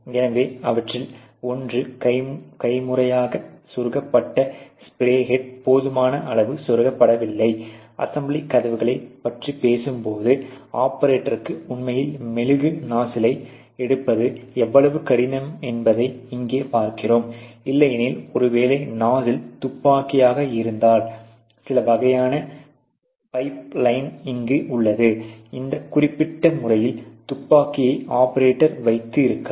எனவே அவற்றில் ஒன்று கைமுறையாக செருகப்பட்ட ஸ்பிரே ஹெட் போதுமான அளவு செருகப்படவில்லை அசெம்பிளி கதவுகளைப் பற்றி பேசும்போது ஆபரேட்டருக்கு உண்மையில் மெழுகு நாஸ்சிலை எடுப்பது எவ்வளவு கடினம் என்பதை இங்கே பார்க்கிறோம் இல்லையெனில் ஒருவேளை நாஸ்சில் துப்பாக்கியாக இருந்தால் சில வகையான பைப் லைன் இங்கு உள்ளது இந்த குறிப்பிட்ட முறையில் துப்பாக்கியை ஆபரேட்டர் வைத்து இருக்கலாம்